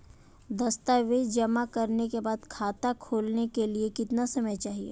दस्तावेज़ जमा करने के बाद खाता खोलने के लिए कितना समय चाहिए?